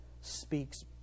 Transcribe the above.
speaks